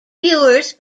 viewers